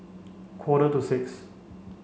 quarter to six